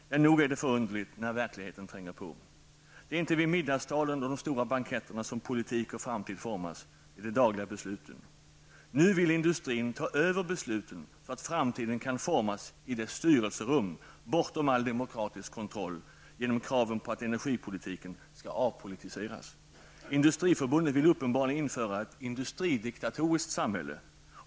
Det är förunderligt när verkligheten tränger sig på. Det är inte vid middagstalen och de stora banketterna som politik och framtid formas. Det är i de dagliga besluten. Genom kraven på att energipolitiken skall avpolitiseras vill industrin nu ta över besluten så att framtiden kan formas i dess styrelserum, bortom all demokratisk kontroll. Industriförbundet vill uppenbarligen införa ett industridiktatoriskt samhälle.